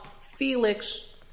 Felix